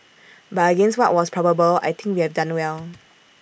but against what was probable I think we have done well